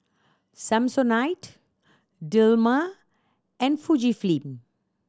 Samsonite Dilmah and Fujifilm